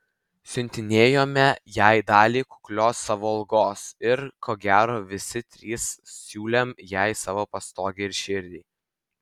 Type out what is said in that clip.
siuntinėjome jai dalį kuklios savo algos ir ko gero visi trys siūlėm jai savo pastogę ir širdį